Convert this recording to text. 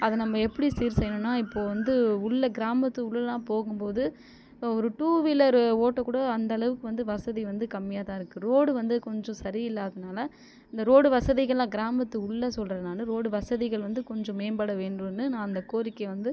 அதை நம்ம எப்படி சீர் செய்யணும்னால் இப்போது வந்து உள்ளே கிராமத்து உள்ளேலாம் போகும் போது ஒரு டூ வீலர் ஓட்ட கூட அந்த அளவுக்கு வந்து வசதி வந்து கம்மியாக தான் இருக்குது ரோடு வந்து கொஞ்சம் சரி இல்லாதனால இந்த ரோடு வசதிகளெலாம் கிராமத்து உள்ளே சொல்கிறேன் நான் ரோடு வசதிகள் வந்து கொஞ்சம் மேம்பட வேண்டும்னு நான் அந்த கோரிக்கை வந்து